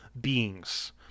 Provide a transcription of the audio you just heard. beings